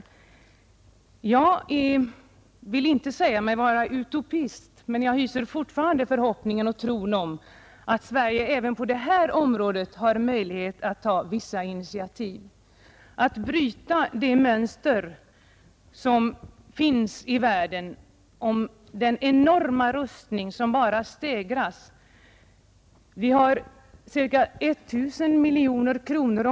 Utan att anse mig vara utopist hyser jag fortfarande förhoppningen och tron att Sverige även på det område som vi nu diskuterar har möjlighet att ta vissa initiativ för att bryta det åsiktsmönster som finns i världen och den enorma rustningsverksamheten, som bara stegras.